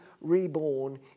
reborn